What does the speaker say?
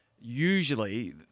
usually